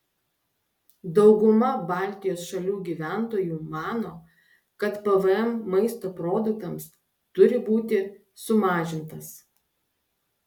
dauguma baltijos šalių gyventojų mano kad pvm maisto produktams turi būti sumažintas